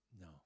no